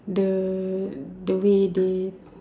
the the way they